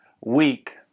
week